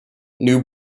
new